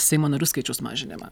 seimo narių skaičiaus mažinimą